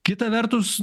kita vertus